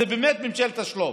זה באמת ממשלת השלוף.